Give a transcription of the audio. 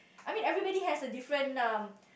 I mean everybody has a different um